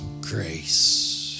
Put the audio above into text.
grace